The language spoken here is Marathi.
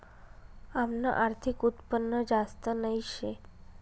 आमनं आर्थिक उत्पन्न जास्त नही शे